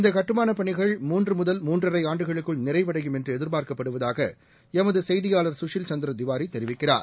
இந்த கட்டுமாள பணிகள் மூன்று முதல் மூன்றரை ஆண்டுகளுக்குள் நிறைவடையும் என்று எதிர்பார்க்கப்படுவதாக எமது செய்தியாளர் சுசில் சந்திர திவாரி தெரிவிக்கிறார்